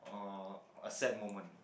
uh a sad moment